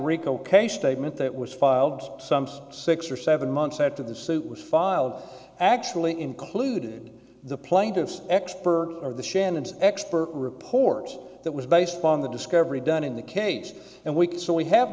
case statement that was filed some six or seven months after the suit was filed actually included the plaintiff's expert or the shannon's expert report that was based upon the discovery done in the case and we can so we have